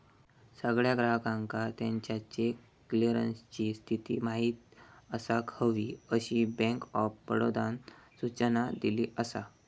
सगळ्या ग्राहकांका त्याच्या चेक क्लीअरन्सची स्थिती माहिती असाक हवी, अशी बँक ऑफ बडोदानं सूचना दिली असा